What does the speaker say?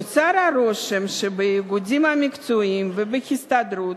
נוצר הרושם שבאיגודים המקצועיים ובהסתדרות,